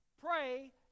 pray